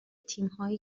تیمهایی